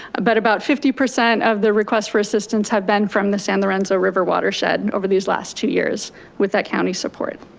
but about fifty percent of the requests for assistance have been from the san lorenzo river watershed over these last two years with that county support.